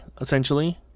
essentially